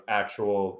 actual